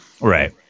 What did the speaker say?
Right